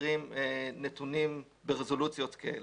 חסרים נתונים ברזולוציות כאלה.